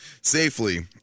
safely